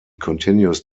continues